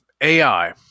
ai